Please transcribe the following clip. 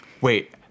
wait